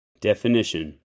Definition